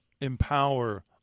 empower